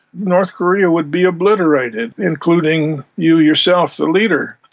north korea would be obliterated, including you yourself the leader.